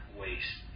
waste